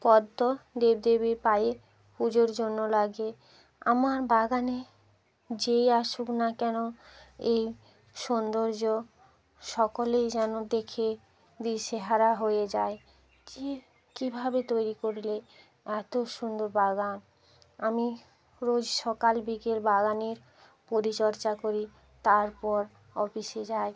পদ্ম দেবদেবীর পায়ে পুজোর জন্য লাগে আমার বাগানে যেই আসুক না কেন এই সৌন্দর্য সকলেই যেন দেখে দিশেহারা হয়ে যায় কী কীভাবে তৈরি করলে এত সুন্দর বাগান আমি রোজ সকাল বিকেল বাগানের পরিচর্যা করি তারপর অফিসে যাই